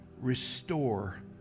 restore